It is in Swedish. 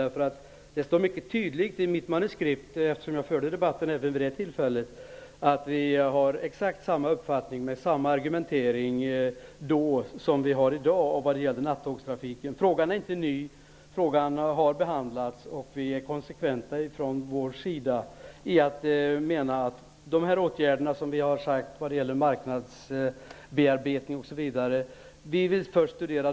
Jag deltog i debatten även vid det tillfället, och det framgick av mitt anförande nu att vi hade exakt samma uppfattning med samma argumentering då som i dag i fråga om nattågstrafiken. Frågan är inte ny, och frågan har behandlats. Vi är konsekventa så till vida att vi vill först studera effekterna av åtgärderna för bearbetning av marknaden.